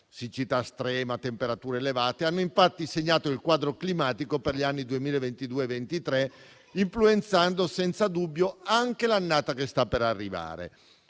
siccità estrema e delle temperature elevate, hanno segnato il quadro climatico per gli anni 2022 e 2023, influenzando senza dubbio anche l'annata che sta per arrivare.